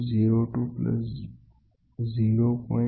02પ્લસ 0